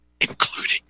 including